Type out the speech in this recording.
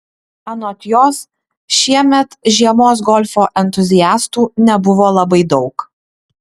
anot jos šiemet žiemos golfo entuziastų nebuvo labai daug